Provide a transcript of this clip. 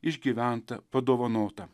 išgyventa padovanota